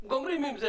גומרים עם זה,